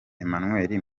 emmanuel